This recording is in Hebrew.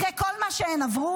אחרי כל מה שהן עברו?